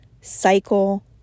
cycle